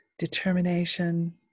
Determination